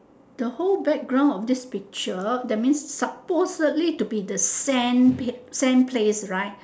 the whole background of this picture that means supposedly to be the same place same place right